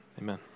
Amen